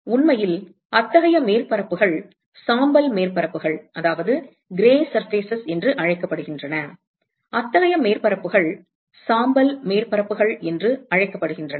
உண்மையில் அத்தகைய மேற்பரப்புகள் சாம்பல் மேற்பரப்புகள் என்று அழைக்கப்படுகின்றன அத்தகைய மேற்பரப்புகள் சாம்பல் மேற்பரப்புகள் என்று அழைக்கப்படுகின்றன